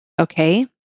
okay